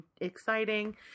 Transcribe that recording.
exciting